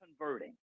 converting